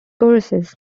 courses